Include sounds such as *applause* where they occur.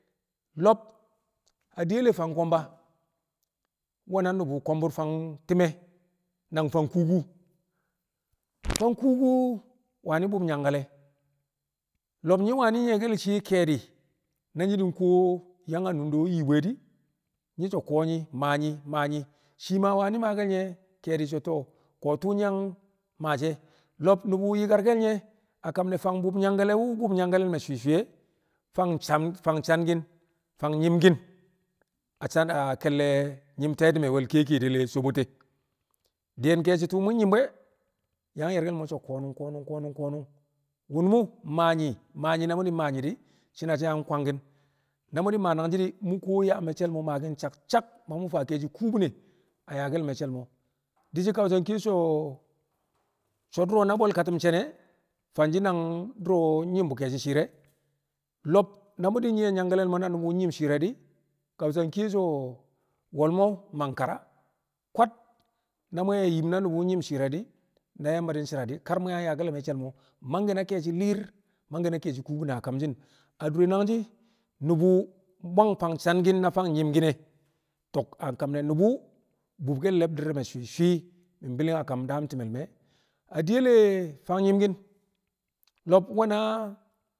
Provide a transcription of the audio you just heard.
Lo̱b adiyel fang ko̱mba we̱na nu̱bu̱ kombur fang ti̱me̱ na fang kuuku *noise* fang kuuku wani̱ bu̱b nyangkale̱ lo̱b nyi̱ wani̱ nyi̱ye̱ke̱l shiye ke̱e̱di̱ na nyi̱ di̱ ka kuwo yang nunde wu̱ yibu e di̱ nyi̱ so̱ ko̱ nyi ma nyi ma nyi shii ma wani̱ maake̱l nye̱ ke̱e̱di̱ so̱ to̱o̱ ko̱ tu̱u̱ wu̱ nyi̱ yang maa she̱ lo̱b ni̱bi̱ yi̱karke̱l nye̱ a kam ne̱ fang bu̱b nyangkale̱ wu̱ bu̱b nyangkale̱ le̱ me̱ swi̱swi̱ e̱ fang san fang sanki̱n fang nyi̱mki̱n a *unintelligible* a ke̱lle̱ nyim ne̱ te̱ti̱me̱ we̱l kiyekiyedel sobote diyen ke̱e̱shi̱ tu̱u̱ mu̱ nyi̱m bu̱ e̱ yang ye̱rke̱l so̱ ko̱nu̱n ko̱nu̱n ko̱nu̱n ko̱nu̱n wo̱m mu̱ maa yɪ maa yi na mu̱ di̱ maa yi shi̱ne̱ she̱ yang kwangki̱n na mu̱ di̱ maa nangshi̱ di̱ mu̱ kuwo yaa me̱cce̱l mo̱ maaki̱n saksak ma mu̱ faa ke̱e̱shi̱ kubine a yaa ke̱l me̱cce̱l mo̱ di̱ shi̱ Kausa nkiye so̱ so̱ du̱ro̱ na bwe̱l katu̱n she̱ne̱ fanshi̱ nang du̱ro̱ nyi̱m bu̱ ke̱e̱shi̱ shi̱i̱r re̱ lo̱b na mu̱ di̱ nyi̱yẹ nyangkale̱l mo̱ na nu̱bu̱ nyi̱m shi̱i̱r re̱ di̱ Kausa nkiye so̱ wol mo̱ mang kara kwad na mo̱ yim na nu̱bu̱ nyi̱m shi̱i̱r re̱ di̱ na Yamba nshi̱ra di̱ kar mu̱ yang yaa ke̱l me̱cce̱l mo̱ mangke̱ na ke̱e̱shi̱ li̱i̱r, mangke̱ na ke̱e̱shi̱ kubine a kamshi̱n a dure nang shi̱ nu̱bu̱ bwang fang sanki̱n na nyi̱mki̱n e̱ tok a kam ne̱ nu̱bu̱ wu̱ bu̱bke̱l le̱bdi̱r re̱ me̱ swi̱swị mi̱ bi̱ling a kam daam ti̱me̱l me̱ a diyel le̱ fang nyi̱mki̱n lo̱b we̱ na